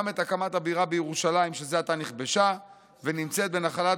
גם את הקמת הבירה בירושלים שזה עתה נכבשה ונמצאת בנחלת